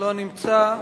לא נמצא.